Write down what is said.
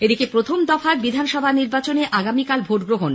এদিকে রাজ্যে প্রথম দফার বিধানসভা নির্বাচনে আগামীকাল ভোটগ্রহণ